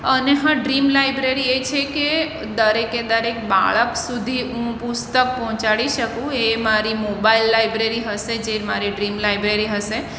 અને હા dream library એ છે કે દરેકે દરેક બાળક સુધી હું પુસ્તક પહોંચાડી શકું એ મારી મોબાઈલ લાયબ્રેરી હશે જે મારી ડ્રીમ લાયબ્રેરી હશે